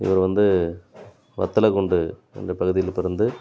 இவர் வந்து வத்தலக்குண்டு அந்த பகுதியில் பிறந்து